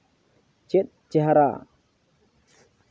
ᱪᱮᱫ ᱪᱮᱦᱨᱟ